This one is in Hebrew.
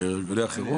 על ארגוני החירום.